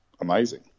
amazing